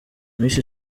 miss